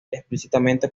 explícitamente